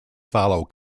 follow